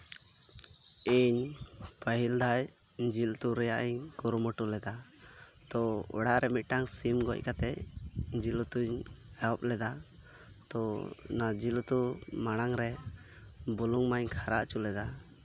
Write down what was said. ᱤᱧ ᱯᱟᱹᱦᱤᱞ ᱫᱷᱟᱣ ᱡᱤᱞ ᱩᱛᱩ ᱨᱮᱭᱟᱜ ᱤᱧ ᱠᱩᱨᱩᱢᱩᱴᱩ ᱞᱮᱫᱟ ᱛᱳ ᱚᱲᱟᱜ ᱨᱮ ᱢᱤᱫᱴᱟᱝ ᱥᱤᱢ ᱜᱚᱡ ᱠᱟᱛᱮᱫ ᱡᱤᱞ ᱩᱛᱩᱧ ᱮᱦᱚᱵ ᱞᱮᱫᱟ ᱛᱳ ᱚᱱᱟ ᱡᱤᱞ ᱩᱛᱩ ᱢᱟᱲᱟᱝ ᱨᱮ ᱵᱩᱞᱩᱝ ᱢᱟᱧ ᱠᱷᱟᱨᱟ ᱦᱚᱪᱚ ᱞᱮᱫᱟ